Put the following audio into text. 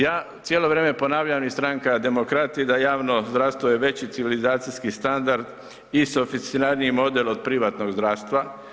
Ja cijelo vrijeme ponavljam i Stranka Demokrati da javno zdravstvo je veći civilizacijski standard i softiciraniji model od privatnog zdravstva.